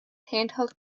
handheld